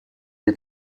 для